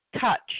touch